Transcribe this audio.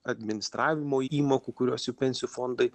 administravimo įmokų kuriuos jų pensijų fondai